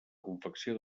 confecció